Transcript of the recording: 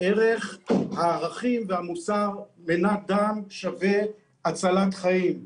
הערך והמוסר מנת דם שווה הצלת חיים.